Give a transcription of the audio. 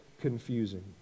confusing